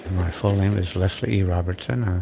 and my full name is leslie robertson.